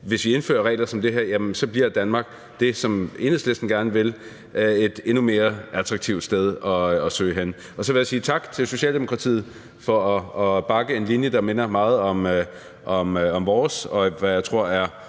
hvis vi indfører regler som de her, bliver Danmark det, som Enhedslisten gerne vil, nemlig et endnu mere attraktivt sted at søge hen. Så vil jeg sige tak til Socialdemokratiet for at bakke op om en linje, der minder meget om vores og, tror jeg,